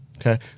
Okay